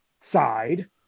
side